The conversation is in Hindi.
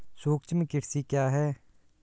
सूक्ष्म कृषि क्या है?